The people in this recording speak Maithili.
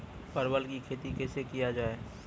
परवल की खेती कैसे किया जाय?